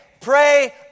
pray